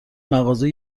مغازه